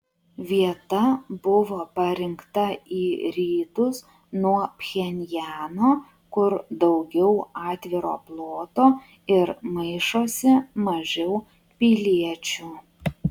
vieta buvo parinkta į rytus nuo pchenjano kur daugiau atviro ploto ir maišosi mažiau piliečių